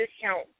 discount